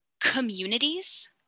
communities